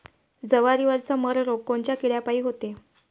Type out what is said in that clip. जवारीवरचा मर रोग कोनच्या किड्यापायी होते?